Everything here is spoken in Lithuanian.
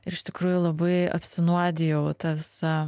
ir iš tikrųjų labai apsinuodijau ta visa